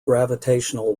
gravitational